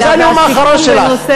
זה הנאום האחרון שלך.